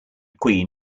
queen